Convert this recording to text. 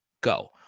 Go